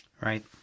right